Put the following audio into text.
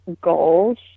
goals